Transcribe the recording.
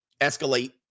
escalate